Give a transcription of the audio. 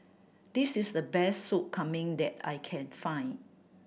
this is the best Sup Kambing that I can find